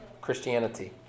Christianity